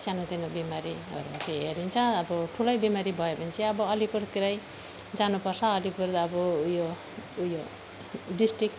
सानोतिनो बिमारीहरूमा चाहिँ हेरिन्छ अब ठुलै बिमारी भयो भने चाहिँ अब अलिपुरतिरै जानुपर्छ अलिपुर अब ऊ यो ऊ यो डिस्ट्रिक्ट